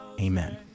Amen